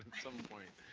some point.